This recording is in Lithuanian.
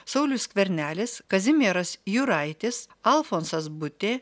saulius skvernelis kazimieras juraitis alfonsas butė